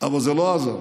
אבל זה לא עזר,